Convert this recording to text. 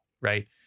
right